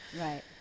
Right